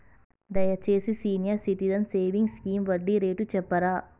దయచేసి senior citizens savings scheme వడ్డీ rate చెప్పుర్రి